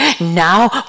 now